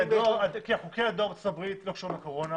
כי חוקי הדואר בארצות הברית בזמן הקורונה